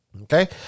okay